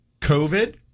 covid